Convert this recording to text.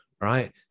right